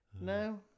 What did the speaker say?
No